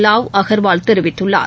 லாவ் அகர்வால் தெரிவித்துள்ளார்